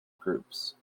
groups